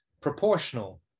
proportional